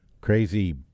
crazy